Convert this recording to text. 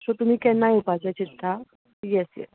so तुमी केन्ना येवपाचें चित्ता येस येस